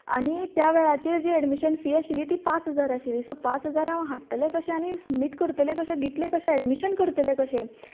आनी त्या वेळाचेर जी एडमिशन फी आशिल्ली पांच हजार आशिल्ली सो पांच हजार हांव हाडटले कशें सबमिट करतलें कशें दितलें कशें एडमिशन करतले कशें